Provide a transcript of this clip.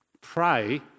pray